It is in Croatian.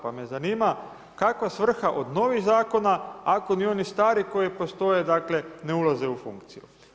Pa me zanima kakva svrha od novih zakona ako ni oni stari koji postoje ne ulaze u funkciju.